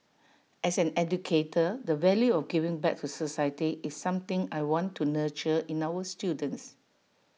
as an educator the value of giving back to society is something I want to nurture in our students